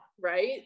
right